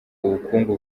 ubukungu